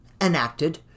enacted